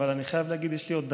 אבל אני חייב להגיד שיש לי עוד דקה.